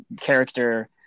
character